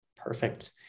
Perfect